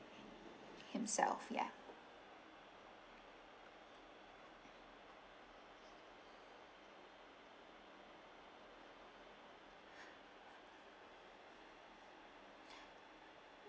himself ya